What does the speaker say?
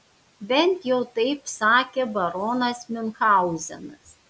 bent jau taip sakė baronas miunchauzenas